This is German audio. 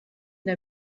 der